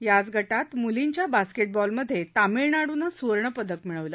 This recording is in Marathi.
याच गटात मुलींच्या बास्केटबॉलमध्ये तमिळनाडूनं सुवर्णपदक मिळवलं